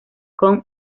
con